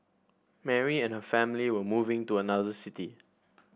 Mary and her family were moving to another city